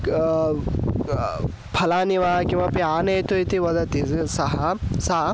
कं फलानि वा किमपि आनयतु इति वदति सः सा